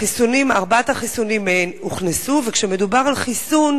ארבעת החיסונים הוכנסו, מדובר על חיסון